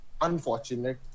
unfortunate